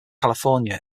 california